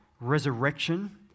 resurrection